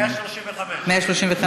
135. 135,